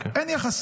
כן, כן, אין יחסים.